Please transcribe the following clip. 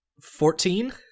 Fourteen